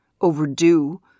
overdue